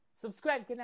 Subscribe